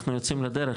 אנחנו יוצאים לדרך,